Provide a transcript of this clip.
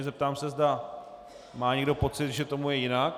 Zeptám se, zda má někdo pocit, že tomu je jinak.